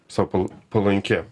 sau palankia